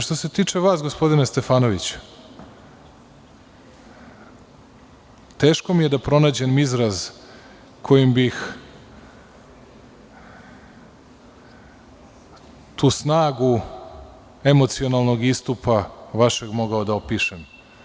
Što se tiče vas, gospodine Stefanoviću, teško mi je da pronađem izraz kojim bih tu snagu emocionalnog istupa vašeg mogao da opišem.